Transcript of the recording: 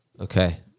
Okay